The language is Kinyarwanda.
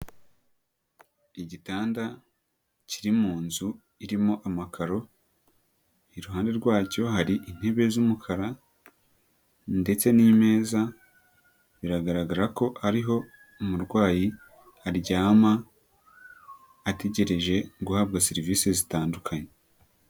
Igitanda kiri mu nzu irimo amakaro, iruhande rwacyo hari intebe z'umukara ndetse n'imeza biragaragara ko ari ho umurwayi aryama ategereje guhabwa serivise zitandukanye.